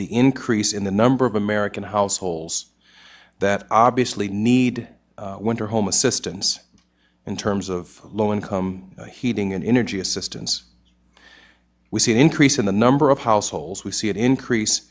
the increase in the number of american households that obviously need winter home assistance in terms of low income heating and energy assistance we see an increase in the number of households we see it increase